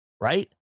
right